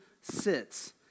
sits